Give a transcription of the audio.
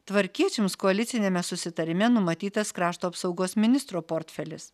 tvarkiečiams koaliciniame susitarime numatytas krašto apsaugos ministro portfelis